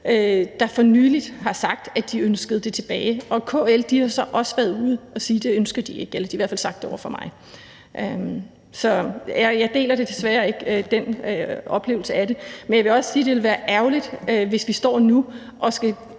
der for nylig har sagt, at de ønskede det tilbage. KL har så også været ude at sige – de har i hvert fald sagt det over for mig – at det ønsker de ikke. Så jeg deler desværre ikke den oplevelse af det, men jeg vil også sige, at det ville være ærgerligt, hvis vi står og skal